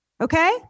Okay